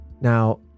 Now